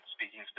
speaking